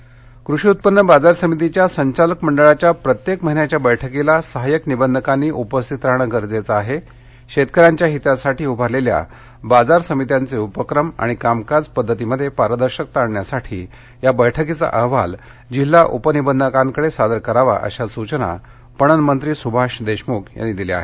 निर्देश कृषी उत्पन्न बाजार समितीच्या संचालक मंडळाच्या प्रत्येक महिन्याच्या बक्कीला सहाय्यक निबंधकांनी उपस्थित राहणं गरजेचं आहे शेतकऱ्यांच्या हितासाठी उभारलेल्या बाजार समित्यांचे उपक्रम आणि कामकाज पद्धतीमध्ये पारदर्शकता आणण्यासाठी या बस्कीचा अहवाल जिल्हा उपनिबंधकांकडे सादर करावा अशा सूचना पणन मंत्री सूभाष देशमुख यांनी दिल्या आहेत